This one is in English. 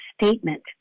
statement